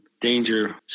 danger